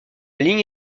ligne